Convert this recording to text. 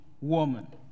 woman